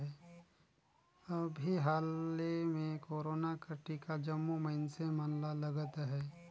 अभीं हाले में कोरोना कर टीका जम्मो मइनसे मन ल लगत अहे